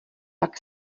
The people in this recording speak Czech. pak